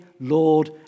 Lord